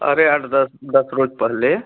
अरे आठ दस दस रोज पहले